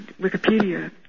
Wikipedia